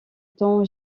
temps